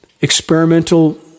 experimental